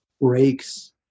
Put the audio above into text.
breaks